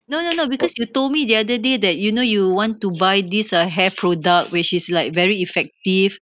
no no no because you told me the other day that you know you want to buy this uh hair product which is like very effective